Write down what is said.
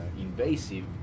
invasive